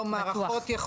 בטוח.